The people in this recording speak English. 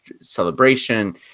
celebration